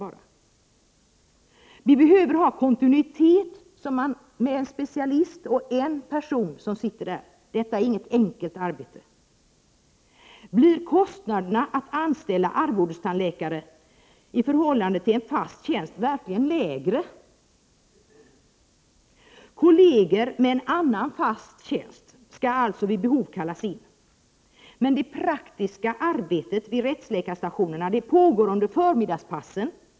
Man behöver kontinuitet med en specialist, och en person — detta är inget enkelt arbete! Blir kostnaderna för att anställa arvodestandläkare verkligen lägre i förhållande till en fast tjänst? Kolleger med en annan fast tjänst skulle alltså kallas in vid behov. Men det praktiska arbetet vid rättsläkarstationerna pågår under förmiddagspassen.